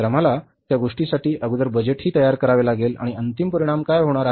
तर आम्हाला त्या गोष्टीसाठी अगोदर बजेटही तयार करावे लागेल आणि अंतिम परिणाम काय होणार आहे